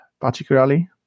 particularly